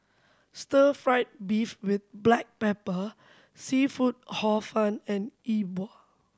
Stir Fry beef with black pepper seafood Hor Fun and E Bua